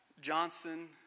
Johnson